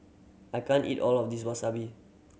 I can't eat all of this Wasabi